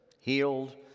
healed